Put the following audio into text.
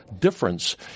difference